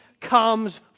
comes